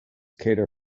cater